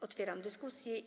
Otwieram dyskusję.